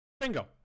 Bingo